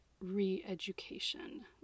re-education